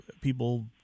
people